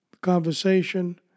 conversation